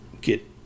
get